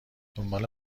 دنبال